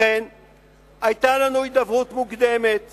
לכן היתה לנו הידברות מוקדמת